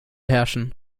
herrschen